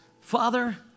Father